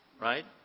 right